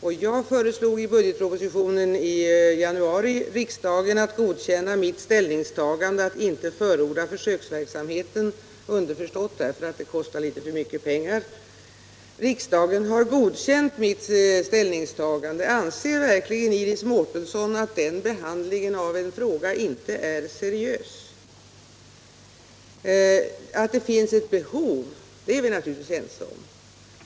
Och jag föreslog i budgetpropositionen i januari att riksdagen skulle godkänna mitt ställningstagande att inte förorda en försöksverksamhet — underförstått därför att den kostar litet för mycket pengar. Riksdagen godkände mitt ställningstagande. Anser verkligen Iris Mårtensson att den behandlingen av en fråga inte är seriös? Att det finns behov är vi naturligtvis ense om.